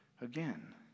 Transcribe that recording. again